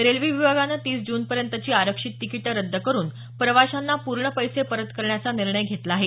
railway विभागाने तीस जूनपर्यंतची आरक्षित तिकीटं रद्द करून प्रवाशांना पूर्ण पैसे परत करण्याचा निर्णय घेतला आहे